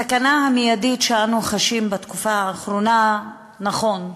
הסכנה המיידית שאנו חשים בתקופה האחרונה, נכון,